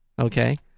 Okay